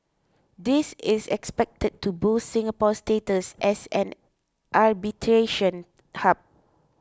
this is expected to boost Singapore's status as an arbitration hub